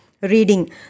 Reading